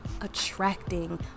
attracting